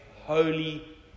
holy